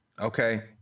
okay